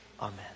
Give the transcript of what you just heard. Amen